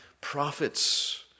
prophets